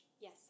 Yes